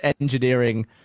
engineering